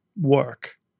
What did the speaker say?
work